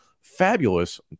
fabulous